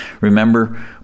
Remember